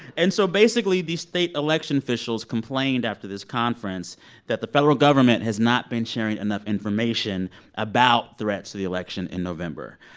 and so, basically, these state election officials complained after this conference that the federal government has not been sharing enough information about threats to the election in november.